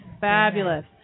fabulous